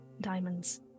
diamonds